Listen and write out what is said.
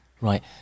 Right